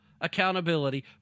accountability